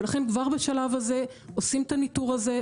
ולכן כבר בשלב הזה עושים את הניטור הזה,